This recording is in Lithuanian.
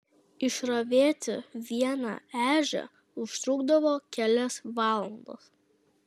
išravėti vieną ežią užtrukdavo kelias valandas